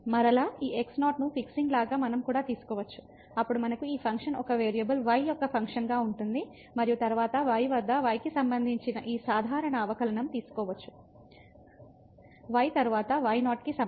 మరలా ఈ x0 ను ఫిక్సింగ్ లాగా మనం కూడా తీసుకోవచ్చు అప్పుడు మనకు ఈ ఫంక్షన్ ఒక వేరియబుల్ y యొక్క ఫంక్షన్ గా ఉంటుంది మరియు తరువాత y వద్ద y కి సంబంధించి ఈ సాధారణ అవకలనంతీసుకోవచ్చు y తరువాత y0 కి సమానం